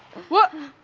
what